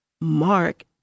Mark